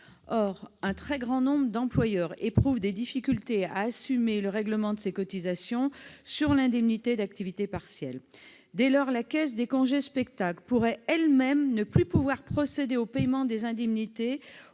qu'un très grand nombre d'employeurs éprouvent des difficultés à assumer le règlement de ces cotisations sur l'indemnité d'activité partielle, la caisse pourrait ne plus pouvoir procéder au paiement des indemnités